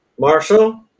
Marshall